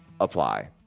apply